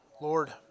Lord